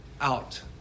out